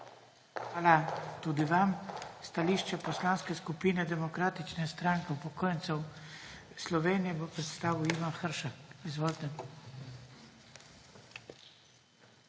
Hvala tudi vam. Stališče Poslanske skupine Demokratične stranke upokojencev Slovenije bo predstavil Ivan Hršak. Izvolite.